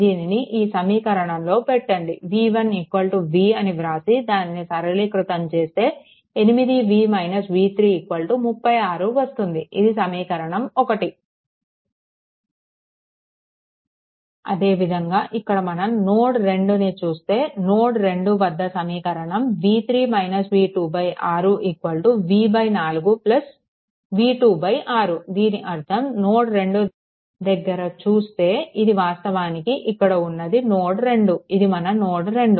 దీనిని ఈ సమీకరణంలో పెట్టండి v1 v అని వ్రాసి దానిని సరళీకృతం చేస్తే 8v v3 36 వస్తుంది ఇది సమీకరణం i అదే విధంగా ఇక్కడ మనం నోడ్2 ని చూస్తే నోడ్2 వద్ద సమీకరణం 6 v 4 v2 6 దీని అర్ధం నోడ్2 దగ్గర చూస్తే ఇది వాస్తవానికి ఇక్కడ ఉన్నది నోడ్2 ఇది మన నోడ్2